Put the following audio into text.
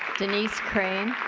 denise krein